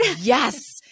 yes